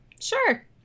Sure